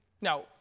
Now